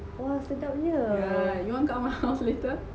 !wah! sedap nya